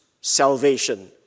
salvation